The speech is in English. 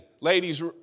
Ladies